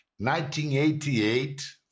1988